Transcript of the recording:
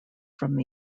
from